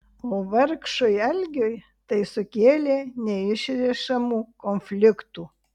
o vargšui algiui tai sukėlė neišrišamų konfliktų